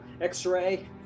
x-ray